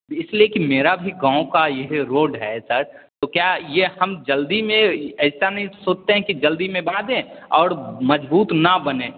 इसलिये कि मेरा भी गाँव का ये रोड है सर तो क्या ये हम जल्दी में ऐसा नहीं सोचते हैं कि जल्दी में बना दें और मजबूत न बने